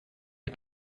ich